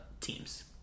teams